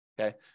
okay